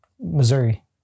Missouri